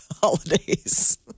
holidays